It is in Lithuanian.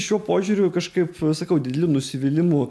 šiuo požiūriu kažkaip sakau didelių nusivylimų